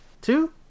two